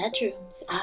bedrooms